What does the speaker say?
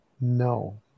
No